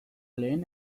lehen